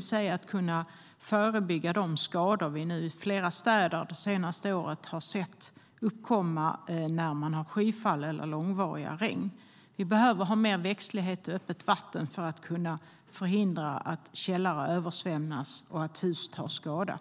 så att de skador vi har sett uppkomma i flera städer det senaste året vid skyfall eller långvariga regn kan förebyggas. Vi behöver mer växtlighet och öppet vatten för att kunna förhindra att källare översvämmas och att hus tar skada.